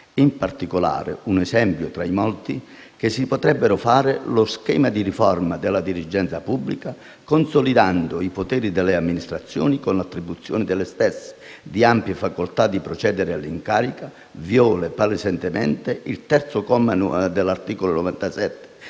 In particolare, un esempio tra i molti che si potrebbero fare, lo schema di riforma della dirigenza pubblica, consolidando i poteri delle amministrazioni con l'attribuzione alle stesse di ampie facoltà di procedere agli incarichi, viola palesemente l'articolo 97,